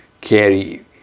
carry